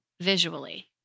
visually